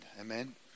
amen